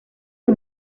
you